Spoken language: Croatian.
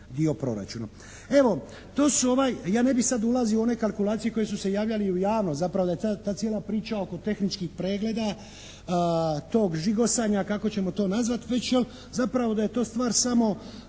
dio proračuna. Evo, to su ovaj, ja ne bih sada ulazio u one kalkulacije koje su se javljale i u javno, zapravo da je ta cijela priča oko tehničkih pregleda, tog žigosanja kako ćemo to nazvati već jel', zapravo da je to stvar samo